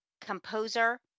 composer